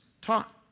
taught